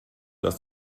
dass